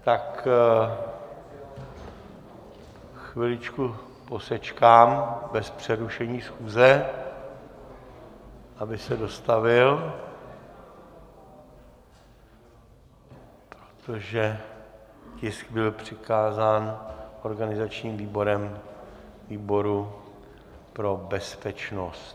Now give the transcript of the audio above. Tak chviličku posečkám bez přerušení schůze, aby se dostavil, protože tisk byl přikázán organizačním výborem výboru pro bezpečnost...